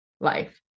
life